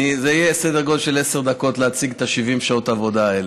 זה יהיה סדר גודל של עשר דקות להציג את 70 שעות העבודה האלה.